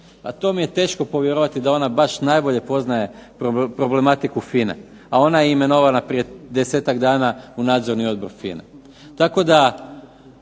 ma to mi je teško povjerovati da ona baš najbolje poznaje problematiku FINA-e, a ona je imenovana prije desetak dana u Nadzorni odbor FINA-e.